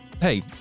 hey